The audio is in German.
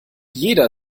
jeder